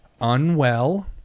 unwell